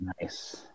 nice